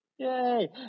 Yay